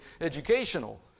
educational